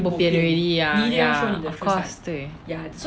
bo pian already ya ya of course 对